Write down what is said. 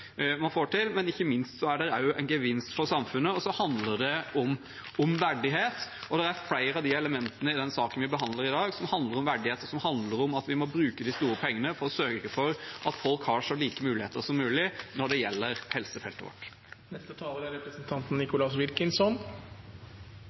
man får til, og ikke minst er det også en gevinst for samfunnet. I tillegg handler det om verdighet, og det er flere av de elementene i den saken vi behandler i dag, som handler om verdighet, som handler om at vi må bruke de store pengene for å sørge for at folk har så like muligheter som mulig når det gjelder helsefeltet vårt.